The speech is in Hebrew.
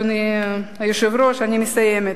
אני מסיימת.